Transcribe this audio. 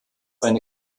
eine